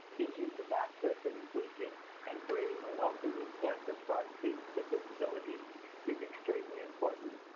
issues of access and inclusion and creating a welcoming campus for our students with disabilities is extremely important.